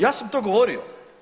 Ja sam to govorio.